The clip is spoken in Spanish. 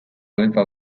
aleta